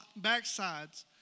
backsides